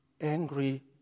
angry